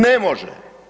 Ne može.